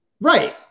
Right